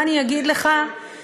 מה אני אגיד לך,